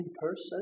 person